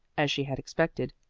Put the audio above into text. as she had expected.